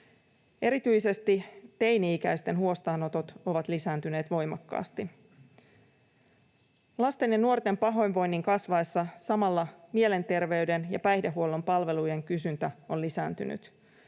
Erityisesti teini-ikäisten huostaanotot ovat lisääntyneet voimakkaasti. Lasten ja nuorten pahoinvoinnin kasvaessa mielenterveyden ja päihdehuollon palvelujen kysyntä on samalla lisääntynyt.